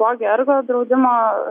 ogi ergo draudimo